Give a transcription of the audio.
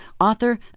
author